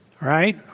right